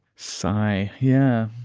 sigh. yeah,